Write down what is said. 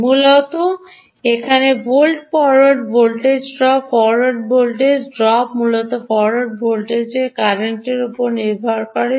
মূলত সেখানে volt forward voltage drop forward voltage drop মূলত ফরওয়ার্ড কারেন্টের উপর নির্ভরশীল